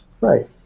Right